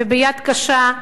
וביד קשה,